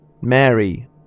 Mary